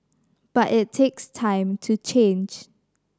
but it takes time to change